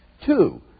Two